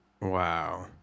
Wow